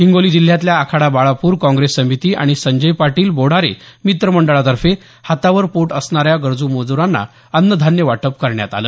हिंगोली जिल्ह्यातल्या आखाडा बाळापूर काँग्रेस समिती आणि संजय पाटील बोंढारे मित्र मंडळातर्फे हातावर पोट असणाऱ्या गरजु मजुरांना अन्नधान्य वाटप करण्यात आलं